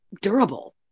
durable